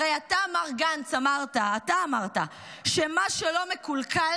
הרי אתה, מר גנץ, אמרת, אתה אמרת, שמה שלא מקולקל